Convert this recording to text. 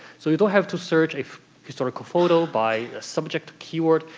so you don't have to search a historical photo by subject keyword,